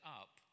up